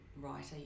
writer